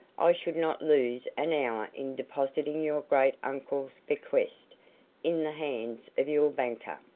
i should not lose an hour in depositing your great uncle's bequest in the hands of your banker.